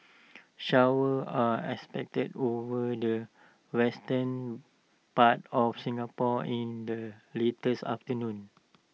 showers are expected over the western part of Singapore in the latest afternoon